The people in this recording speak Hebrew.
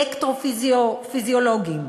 אלקטרו-פיזיולוגים,